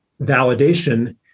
validation